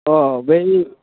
अ बै